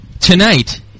Tonight